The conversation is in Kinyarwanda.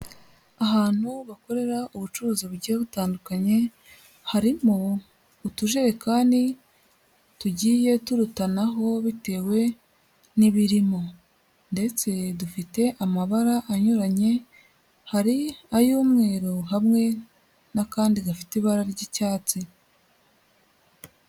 Ahantu bakorera ubucuruzi bugiye butandukanye, harimo utujerekani tugiye turutanaho bitewe n'ibirimo ndetse dufite amabara anyuranye, hari ay'umweru hamwe n'akandi gafite ibara ry'icyatsi.